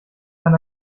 kann